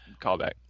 Callback